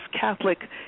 Catholic